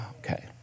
Okay